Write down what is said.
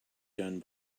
done